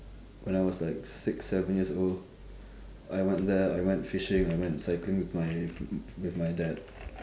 when I was like six seven years old I went there I went fishing I went cycling with my with my dad